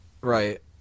Right